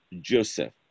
joseph